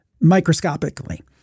microscopically